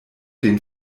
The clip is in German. den